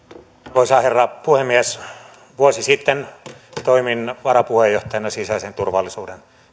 arvoisa herra puhemies vuosi sitten toimin varapuheenjohtajana sisäisen turvallisuuden